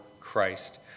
Christ